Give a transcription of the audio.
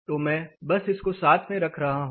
तो मैं बस इसको साथ में रख रहा हूं